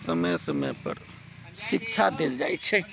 समय समयपर शिक्षा देल जाइ छै